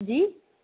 जी